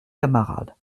camarades